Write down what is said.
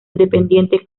independiente